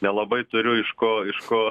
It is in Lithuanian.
nelabai turiu iš ko iš ko